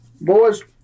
Boys